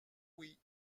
oui